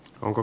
onko